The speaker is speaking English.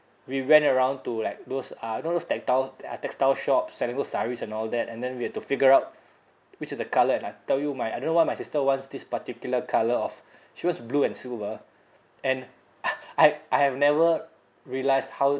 we went around to like those uh you know those textile uh textile shops selling those sarees and all that and then we had to figure out which are the colour and I tell you my I don't know why my sister wants this particular colour of she wants blue and silver and I I have never realised how